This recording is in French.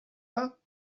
pas